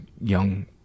young